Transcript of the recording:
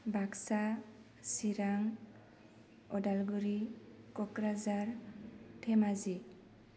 Baksa Chirang Udalguri Kokrajhar Dhemaji